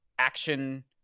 action